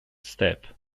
step